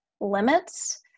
limits